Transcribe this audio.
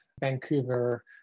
Vancouver